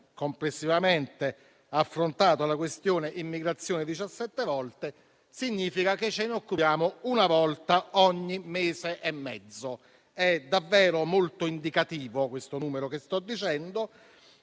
complessivamente abbiamo affrontato la questione immigrazione 17 volte, significa che in quest'Aula ce ne occupiamo una volta ogni mese e mezzo. È davvero molto indicativo il numero che sto dicendo: